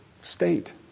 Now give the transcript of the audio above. state